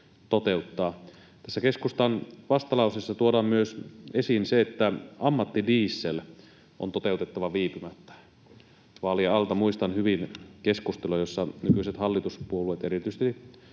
Tässä keskustan vastalauseessa tuodaan myös esiin se, että ammattidiesel on toteutettava viipymättä. Vaalien alta muistan hyvin keskustelua, jossa nykyiset hallituspuolueet — erityisesti